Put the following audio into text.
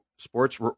sports